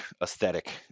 aesthetic